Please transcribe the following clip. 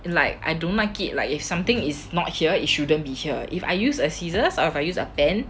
and like I don't like it if something is not here it shouldn't be here if I use a scissors or if I use a pen